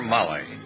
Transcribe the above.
Molly